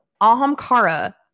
Ahamkara